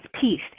peace